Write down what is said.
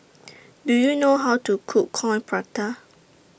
Do YOU know How to Cook Coin Prata